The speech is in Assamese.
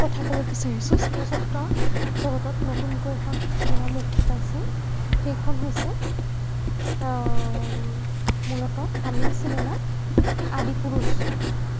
কথা ক'ব বিচাৰিছোঁ চলচ্চিত্ৰ জগতত নতুনকৈ এখন চিনেমা মুক্তি পাইছে সেইখন হৈছে মূলতঃ তামিল চিনেমা আদিপুৰুষ